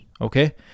okay